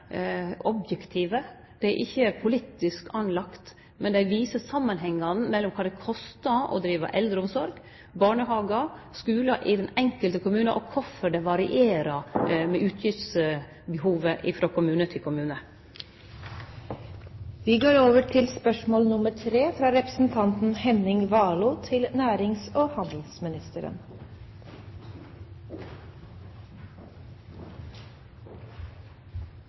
Det er ikkje politisk forankra, men det viser samanhengane mellom kva det kostar å drive eldreomsorg, barnehagar og skular i dei enkelte kommunane, og kvifor utgiftsbehovet varierer frå kommune til kommune.